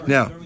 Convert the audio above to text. Now